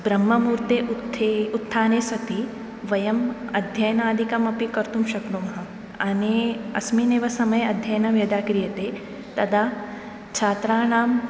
ब्रह्ममुहूर्ते उत्थे उत्थाने सति वयम् अध्ययनादिकमपि कर्तुं शक्नुमः अने अस्मिन्नेव समये अध्ययनं यदा क्रियते तदा छात्राणाम्